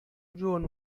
جون